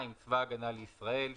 צבא הגנה לישראל.